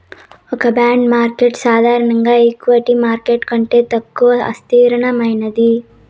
ఒక bond market సాధారణంగా equity market కంటే తక్కువ అస్థిరమైనది